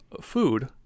food